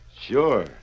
Sure